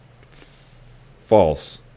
false